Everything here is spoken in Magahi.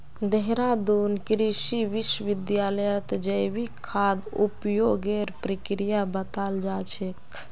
देहरादून कृषि विश्वविद्यालयत जैविक खाद उपयोगेर प्रक्रिया बताल जा छेक